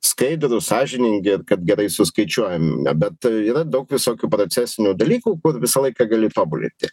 skaidrūs sąžiningi ir kad gerai suskaičiuojam bet yra daug visokių procesinių dalykų kur visą laiką gali tobulinti